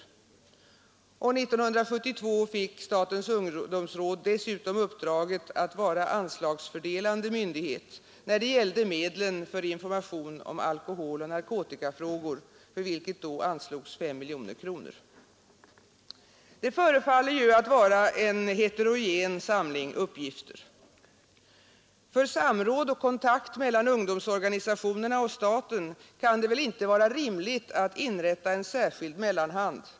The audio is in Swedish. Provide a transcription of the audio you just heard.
1972 fick statens ungdomsråd dessutom uppdraget att vara anslagsfördelande myndighet, då det gällde medlen för information om alkoholoch narkotikafrågor, för vilket då anslogs 5 miljoner kronor. Det förefaller att vara en heterogen samling uppgifter. För samråd och kontakt mellan ungdomsorganisationerna och staten kan det väl inte vara rimligt att inrätta en särskild mellanhand.